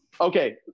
Okay